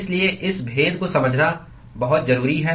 इसलिए इस भेद को समझना बहुत जरूरी है